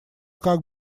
как